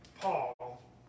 Paul